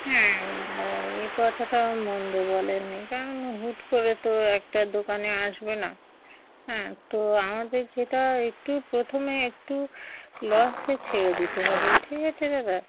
হ্যাঁ দাদা এই কথাটা মন্দ বলেননি কারণ হুট করে তো একটা দোকানে আসবে না হ্যাঁ তো আমাদের যেটা একটু প্রথমে একটু লসে ছেড়ে দিতে হবে ঠিক আছে দাদা